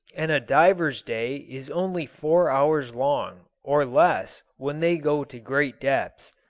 and a diver's day is only four hours' long, or less when they go to great depths.